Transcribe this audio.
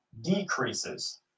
decreases